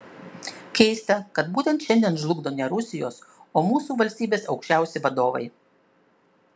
keista kad būtent šiandien žlugdo ne rusijos o mūsų valstybės aukščiausi vadovai